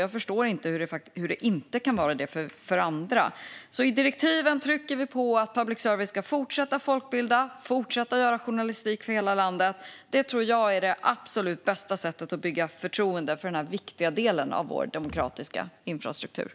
Jag förstår inte hur det inte kan vara det för andra. I direktiven trycker vi på att public service ska fortsätta att folkbilda och fortsätta att göra journalistik för hela landet. Det tror jag är det absolut bästa sättet att bygga förtroende för denna viktiga del av vår demokratiska infrastruktur.